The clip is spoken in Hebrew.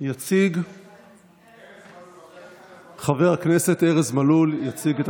התשפ"ג 2023. חבר הכנסת ארז מלול יציג את